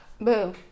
Boom